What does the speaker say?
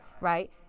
Right